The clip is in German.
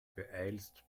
beeilst